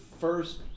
first